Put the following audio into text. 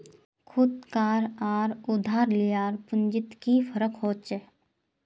खुद कार आर उधार लियार पुंजित की फरक होचे?